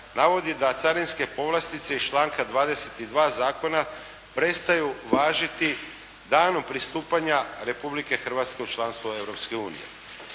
navodi da carinske povlastice iz članka 22. zakona, prestaju važiti danom pristupanja Republike Hrvatske u članstvo Europske unije.